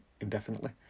indefinitely